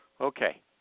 Okay